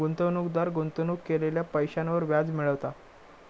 गुंतवणूकदार गुंतवणूक केलेल्या पैशांवर व्याज मिळवता